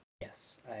Yes